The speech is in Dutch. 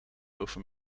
over